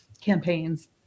campaigns